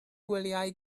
gwyliau